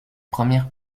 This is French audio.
premières